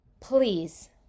Please